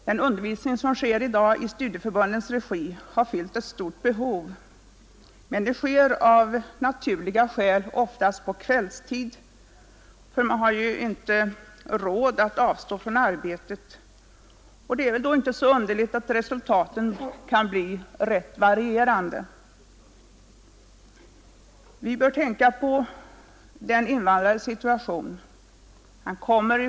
Den undervisning som sker i dag i studieförbundens regi fyller ett stort behov, men den äger av naturliga skäl oftast rum på kvällstid — invandrarna har inte råd att vara borta från arbetet. Det är därför inte underligt att resultaten av dessa studier kan bli ganska varierande. Vi bör tänka på invandrarens situation.